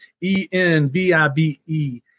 E-N-B-I-B-E